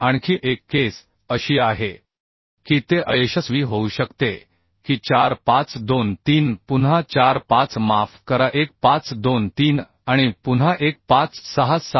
आणखी एक केस अशी आहे की ते अयशस्वी होऊ शकते की 4 5 2 3 पुन्हा 4 5 माफ करा 1 5 2 3 आणि पुन्हा 1 5 6 7